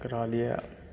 एकरा लिए